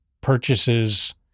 purchases